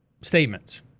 statements